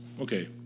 Okay